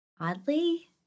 Oddly